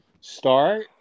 start